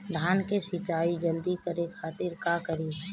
धान के सिंचाई जल्दी करे खातिर का करी?